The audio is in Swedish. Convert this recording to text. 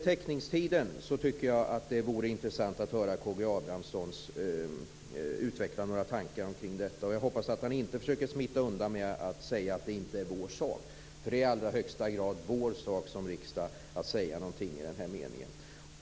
Jag tycker att det vore intressant att höra K G Abramsson utveckla några tankar kring teckningstiden. Jag hoppas att han inte försöker smita undan med att säga att det inte är vår sak. Det är i allra högsta grad vår sak som riksdag att säga någonting i den här frågan.